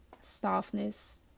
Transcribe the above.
Softness